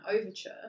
overture